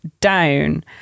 down